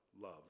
love